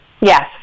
Yes